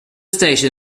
station